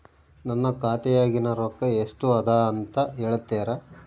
ನನ್ನ ಖಾತೆಯಾಗಿನ ರೊಕ್ಕ ಎಷ್ಟು ಅದಾ ಅಂತಾ ಹೇಳುತ್ತೇರಾ?